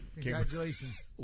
Congratulations